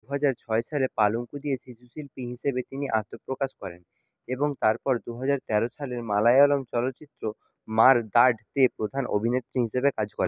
দু হাজার ছয় সালে পালুঙ্কু দিয়ে শিশু শিল্পী হিসেবে তিনি আত্মপ্রকাশ করেন এবং তারপর দু হাজার তেরো সালের মালায়ালম চলচ্চিত্র মাড় দাডতে প্রধান অভিনেত্রী হিসেবে কাজ করে